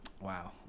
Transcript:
Wow